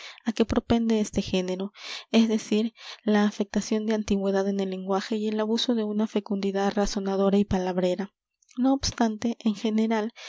á que propende este género es decir la afectación de antigüedad en el lenguaje y el abuso de una fecundidad razonadora y palabrera no obstante en general